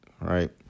right